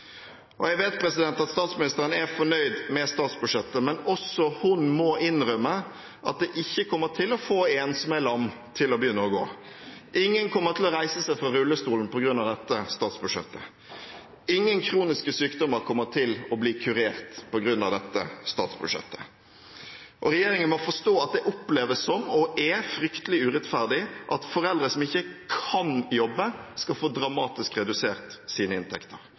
Jeg vet at statsministeren er fornøyd med statsbudsjettet, men også hun må innrømme at det ikke kommer til å få en som er lam, til å begynne å gå. Ingen kommer til å reise seg fra rullestolen på grunn av dette statsbudsjettet, ingen kroniske sykdommer kommer til å bli kurert på grunn av dette statsbudsjettet. Og regjeringen må forstå at det oppleves som – og er – fryktelig urettferdig at foreldre som ikke kan jobbe, skal få dramatisk redusert sine inntekter.